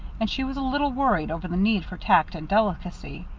and she was a little worried over the need for tact and delicacy.